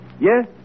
Yes